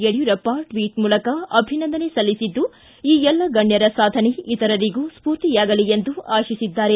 Yediyurappa Twitter ಮೂಲಕ ಅಭಿನಂದನೆ ಸಲ್ಲಿಸಿದ್ದು ಈ ಎಲ್ಲ ಗಣ್ಯರ ಸಾಧನೆ ಇತರರಿಗೂ ಸ್ವೂರ್ತಿಯಾಗಲಿ ಎಂದು ಆಶಿಸಿದ್ದಾರೆ